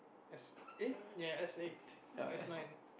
S eh ya S-eight or S-nine S